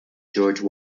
george